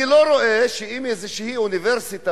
אני לא רואה שאם איזה אוניברסיטה